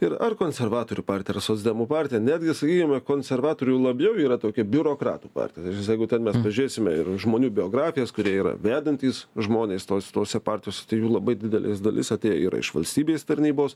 ir ar konservatorių partija ar socdemų partija netgi sakykime konservatorių labiau yra tokia biurokratų partija jeigu ten mes pažiūrėsime ir žmonių biografijas kurie yra vedantys žmonės tos tose partijos jų labai didelės dalis atėję yra iš valstybės tarnybos